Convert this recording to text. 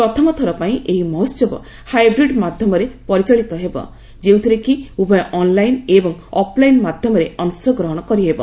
ପ୍ରଥମଥର ପାଇଁ ଏହି ମହୋହବ ହାଇବ୍ରିଡ୍ ମାଧ୍ୟମରେ ପରିଚାଳିତ ହେବ ଯେଉଁଥିରେ କି ଉଭୟ ଅନ୍ଲାଇନ ଏବଂ ଅଫ୍ଲାଇନ ମାଧ୍ୟମରେ ଅଶ ଗ୍ରହଣ କରିହେବ